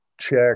check